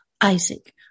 Isaac